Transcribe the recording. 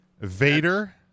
Vader